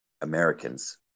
Americans